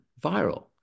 viral